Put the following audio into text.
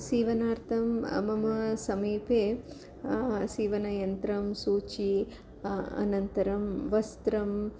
सीवनार्थं मम समीपे सीवनयन्त्रं सूचिः अनन्तरं वस्त्रम्